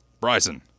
Bryson